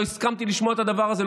לא הסכמתי לשמוע את הדבר הזה,